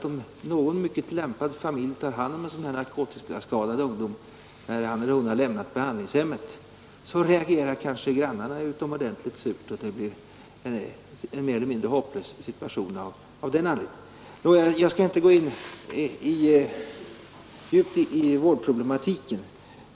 Om någon mycket lämpad familj tar hand om en narkotikaskadad ungdom, när han eller hon har lämnat behandlingshemmet, så kan det hända att grannarna reagerar mycket surt och att situationen därigenom blir mer eller mindre hopplös. Jag skall här inte gå djupare in i vårdproblematiken.